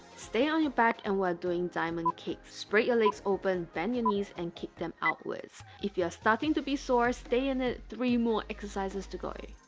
stay on your back and we're doing diamond kicks spread your legs open, bend your knees and kick them outwards if you're starting to be sore, stay in it! three more exercises to go stay